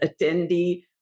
attendee